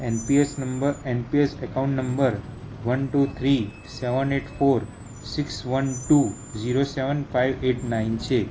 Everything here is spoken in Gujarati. NPS number NPS account number one two three seven eight four six one two zero seven five eight nine છે